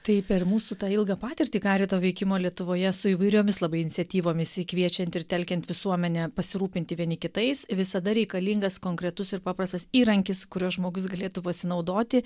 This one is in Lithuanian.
tai per mūsų tą ilgą patirtį karito veikimo lietuvoje su įvairiomis labai iniciatyvomis kviečiant ir telkiant visuomenę pasirūpinti vieni kitais visada reikalingas konkretus ir paprastas įrankis kuriuo žmogus galėtų pasinaudoti